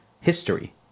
history